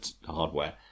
hardware